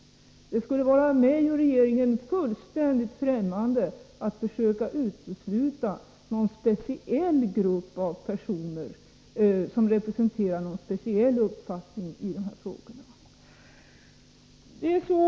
Det skulle vara mig och regeringen fullständigt främmande att försöka utesluta någon speciell grupp av personer som representerar någon speciell uppfattning i den här frågan.